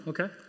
Okay